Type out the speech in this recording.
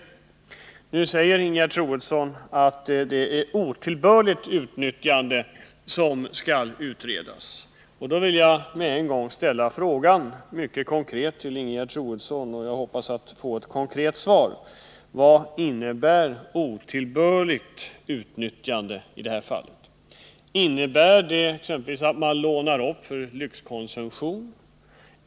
Nu säger Ingegerd Troedsson att det är otillbörligt utnyttjande som skall utredas. Då vill jag ställa en konkret fråga till Ingegerd Troedsson, och jag hoppas att jag får ett konkret svar. Vad innebär otillbörligt utnyttjande i detta fall? Innebär det exempelvis att man lånar upp för lyxkonsumtion?